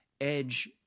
Edge